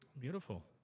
Beautiful